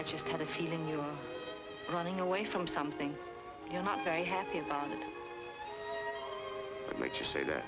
i just had a feeling you're running away from something you're not very happy about